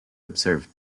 observed